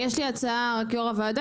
יש לי הצעה רק יו"ר הוועדה,